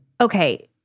okay